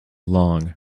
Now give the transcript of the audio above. long